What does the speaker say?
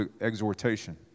exhortation